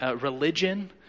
religion